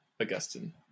Augustine